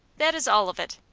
that is all of it.